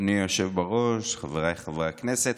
אדוני היושב בראש, חבריי חברי הכנסת,